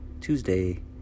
Tuesday